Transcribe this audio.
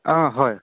অঁ হয়